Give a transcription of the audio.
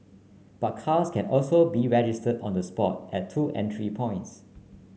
but cars can also be registered on the spot at two entry points